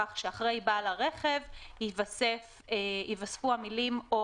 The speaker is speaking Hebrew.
כך שאחרי "בעלי הרכב" ייווספו המילים "או